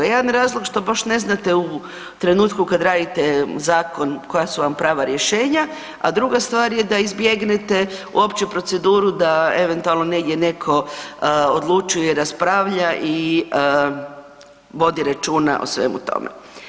Jedan razlog što baš ne znate u trenutku kad radite zakon koja su vam prava rješenja, a druga stvar je da izbjegnete uopće proceduru da eventualno negdje netko odlučuje, raspravlja i vodi računa o svemu tome.